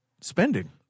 spending